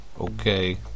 okay